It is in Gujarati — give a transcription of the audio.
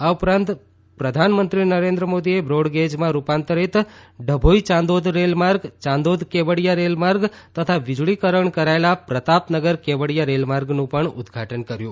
આ ઉપરાંત પ્રધાનમંત્રી નરેન્દ્ર મોદી બ્રોડગેજમાં રૂપાંતરીત ડભોઇ યાંદોદ રેલમાર્ગ યાંદોદ કેવડીયા રેલમાર્ગ તથા વીજળીકરણ કરાયેલા પ્રતાપનગર કેવડીયા રેલમાર્ગનું પણ ઉદ્દઘાટન કર્યું